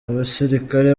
abasirikare